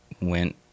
went